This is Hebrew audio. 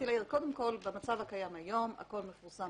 במצב הקיים היום הכל מפורסם